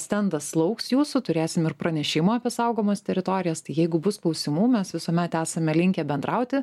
stendas lauks jūsų turėsim ir pranešimų apie saugomas teritorijas tai jeigu bus klausimų mes visuomet esame linkę bendrauti